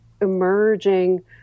emerging